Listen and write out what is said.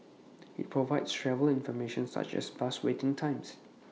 IT provides travel information such as bus waiting times